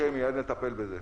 בוקר טוב לאלה שמאזינים לנו,